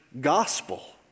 gospel